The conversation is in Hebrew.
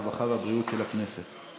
הרווחה והבריאות של הכנסת להכנה לקריאה ראשונה.